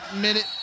minute